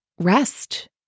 rest